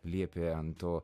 liepė ant to